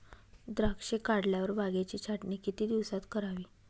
द्राक्षे काढल्यावर बागेची छाटणी किती दिवसात करावी?